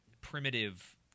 primitive